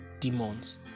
demons